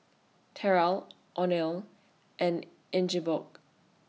Terra Oneal and Ingeborg